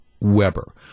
Weber